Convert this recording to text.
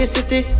City